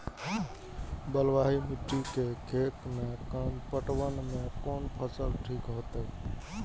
बलवाही मिट्टी के खेत में कम पटवन में कोन फसल ठीक होते?